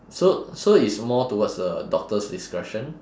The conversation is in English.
so so it's more towards the doctor's discretion